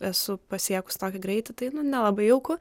esu pasiekus tokį greitį tai nu nelabai jauku